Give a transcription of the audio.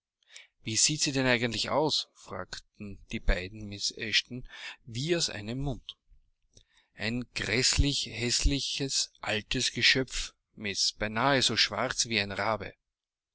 wie sieht sie denn eigentlich aus fragten die beiden miß eshton wie aus einem munde ein gräßlich häßliches altes geschöpf miß beinahe so schwarz wie ein rabe